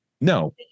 No